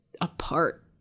apart